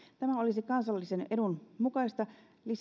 tämä olisi kansallisen edun mukaista